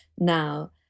now